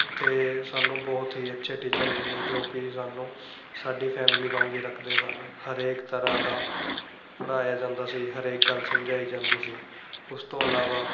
ਉੱਥੇ ਸਾਨੂੰ ਬਹੁਤ ਹੀ ਅੱਛੇ ਟੀਚਰ ਮਿਲੇ ਜੋ ਕਿ ਸਾਨੂੰ ਸਾਡੀ ਫੈਮਿਲੀ ਵਾਂਗ ਹੀ ਰੱਖਦੇ ਸਨ ਹਰੇਕ ਤਰ੍ਹਾਂ ਦਾ ਪੜ੍ਹਾਇਆ ਜਾਂਦਾ ਸੀ ਹਰੇਕ ਗੱਲ ਸਮਝਾਈ ਜਾਂਦੀ ਸੀ ਉਸ ਤੋਂ ਇਲਾਵਾ